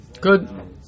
Good